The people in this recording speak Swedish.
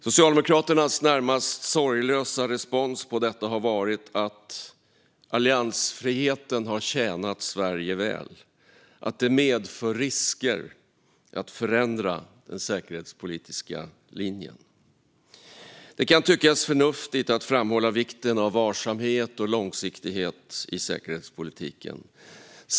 Socialdemokraternas närmast sorglösa respons på detta har varit att alliansfriheten har tjänat Sverige väl och att det medför risker att förändra den säkerhetspolitiska linjen. Det kan tyckas förnuftigt att framhålla vikten av varsamhet och långsiktighet i säkerhetspolitiken.